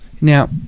Now